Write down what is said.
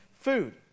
food